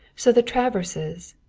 so the traverses,